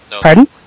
Pardon